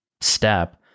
step